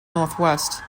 northwest